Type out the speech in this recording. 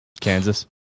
Kansas